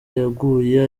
yaguye